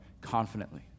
confidently